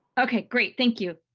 okay, great thank you.